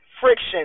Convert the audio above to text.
friction